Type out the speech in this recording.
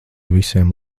visiem